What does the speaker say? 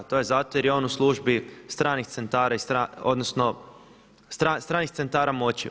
A to je zato jer je on u službi stranih centara, odnosno stranih centara moći.